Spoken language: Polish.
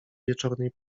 wieczornej